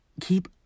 keep